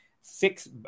six